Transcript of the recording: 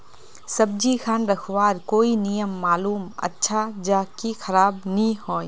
सब्जी खान रखवार कोई नियम मालूम अच्छा ज की खराब नि होय?